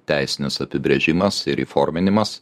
teisinis apibrėžimas ir įforminimas